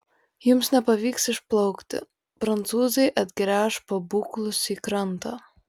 jums nepavyks išplaukti prancūzai atgręš pabūklus į krantą